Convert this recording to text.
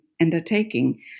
undertaking